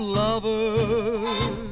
lovers